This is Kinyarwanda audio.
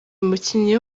umukinnyi